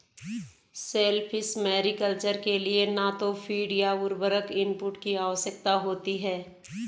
shellfish mariculture के लिए न तो फ़ीड या उर्वरक इनपुट की आवश्यकता होती है